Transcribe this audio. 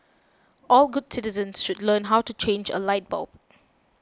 all good citizens should learn how to change a light bulb